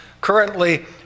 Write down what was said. currently